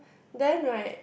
then right